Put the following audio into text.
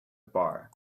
bar